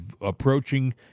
approaching